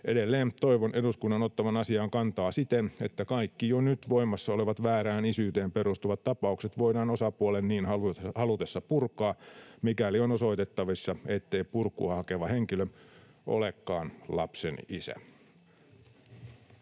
Edelleen toivon eduskunnan ottavan asiaan kantaa siten, että kaikki jo nyt voimassa olevat väärään isyyteen perustuvat tapaukset voidaan osapuolen niin halutessa purkaa, mikäli on osoitettavissa, ettei purkua hakeva henkilö olekaan lapsen isä.